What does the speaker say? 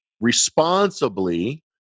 responsibly